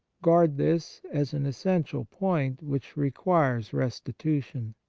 guard this as an essential point which requires restitution.